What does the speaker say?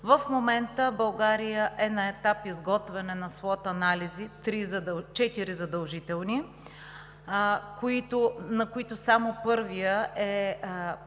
В момента България е на етап изготвяне на своите анализи – четири задължителни, на които само първият е пред